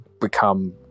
become